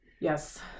yes